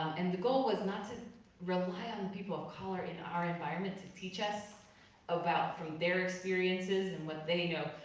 and the goal was not to rely on the people of color in our environment to teach us about from their experiences and what they know,